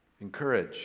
Encourage